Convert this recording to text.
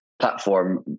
platform